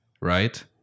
right